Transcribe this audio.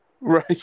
right